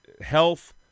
health